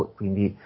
quindi